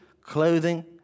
clothing